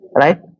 Right